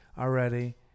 already